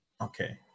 okay